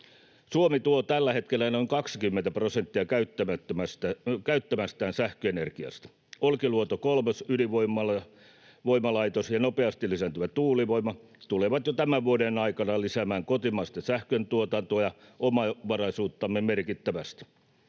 Suomi tuo tällä hetkellä noin 20 prosenttia käyttämästään sähköenergiasta. Olkiluoto 3 ‑ydinvoimalaitos ja nopeasti lisääntyvä tuulivoima tulevat jo tämän vuoden aikana lisäämään kotimaista sähköntuotantoa ja omavaraisuuttamme merkittävästi.